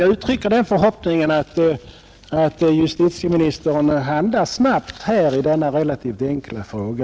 Jag uttrycker den förhoppningen att justitieministern handlar snabbt i denna relativt enkla fråga.